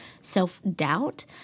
self-doubt